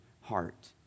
heart